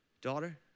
daughter